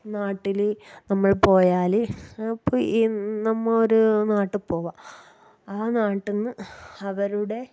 നാട്ടില് നമ്മൾ പോയാല് അപ്പോൾ ഈ നമ്മൾ ഒര് നാട്ട് പോകുവ ആ നാട്ടിൽ നിന്ന് അവരുടെ